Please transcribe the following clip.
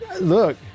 Look